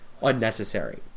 unnecessary